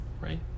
Right